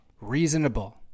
Reasonable